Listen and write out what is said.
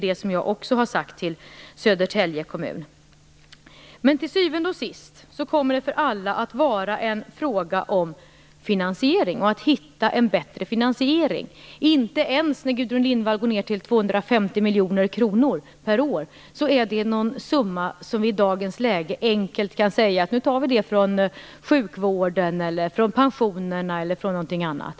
Det har jag också sagt till Södertälje kommun. Till syvende och sist kommer det för alla att vara fråga om att hitta en bättre finansiering. Inte ens när Gudrun Lindvall går ned till 250 miljoner kronor per år kan vi i dagens läge enkelt säga att vi tar från sjukvården, pensionerna eller någonting annat.